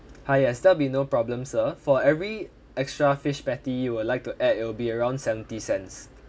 hi yes that'll be no problem sir for every extra fish patty you would like to add it'll be around seventy cents